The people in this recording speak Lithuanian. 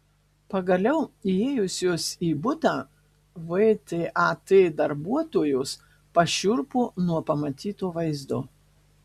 pagaliau įėjusios į butą vtat darbuotojos pašiurpo nuo pamatyto vaizdo